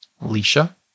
Alicia